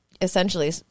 Essentially